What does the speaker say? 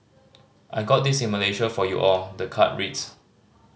I got this in Malaysia for you all the card reads